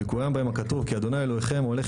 ויקוים בהם הכתוב: "כי ה' אלוהיכם ההולך